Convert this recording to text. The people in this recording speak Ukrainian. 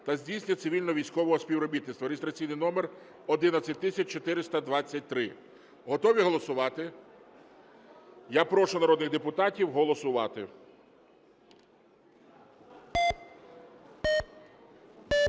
та здійснення цивільно-військового співробітництва (реєстраційний номер 11423). Готові голосувати? Я прошу народних депутатів голосувати.